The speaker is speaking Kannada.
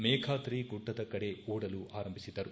ಮೇಘಾದ್ರಿ ಗುಡ್ಡದ ಕಡೆ ಓಡಲು ಆರಂಭಿಸಿದ್ದರು